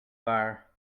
bar